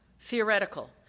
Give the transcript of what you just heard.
theoretical